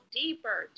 deeper